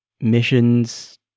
missions